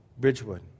Bridgewood